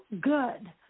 Good